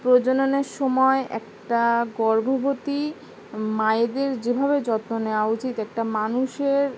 প্রজননের সময় একটা গর্ভবতী মায়েদের যেভাবে যত্ন নেওয়া উচিত একটা মানুষের